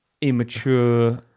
Immature